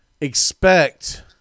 expect